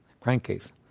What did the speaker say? crankcase